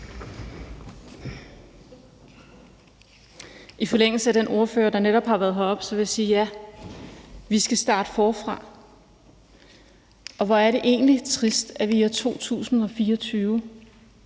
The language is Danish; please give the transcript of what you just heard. I forlængelse af den ordfører, der netop har været heroppe, vil jeg sige: Ja, vi skal starte forfra. Hvor er det egentlig trist, at vi i år 2024